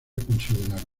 considerable